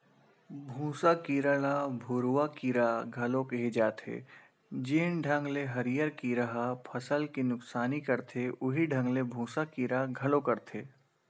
भूँसा कीरा ल भूरूवा कीरा घलो केहे जाथे, जेन ढंग ले हरियर कीरा ह फसल के नुकसानी करथे उहीं ढंग ले भूँसा कीरा घलो करथे